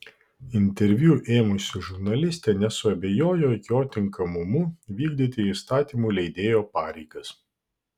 interviu ėmusi žurnalistė nesuabejojo jo tinkamumu vykdyti įstatymų leidėjo pareigas